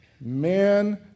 man